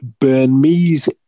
Burmese